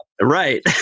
Right